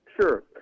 Sure